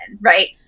right